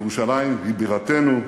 ירושלים היא בירתנו,